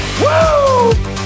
Woo